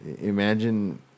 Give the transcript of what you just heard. imagine